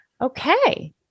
Okay